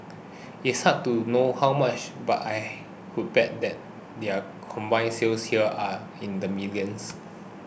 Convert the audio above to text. it's hard to know how much but I would bet that their combined sales here are in the millions